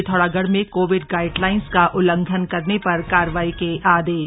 पिथौरागढ़ में covid guidelines का उल्लंघन करने पर कार्रवाई के आदेश